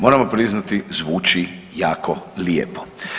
Moramo priznati, zvuči jako lijepo.